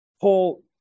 Paul